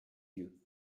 yeux